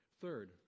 Third